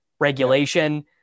regulation